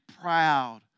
proud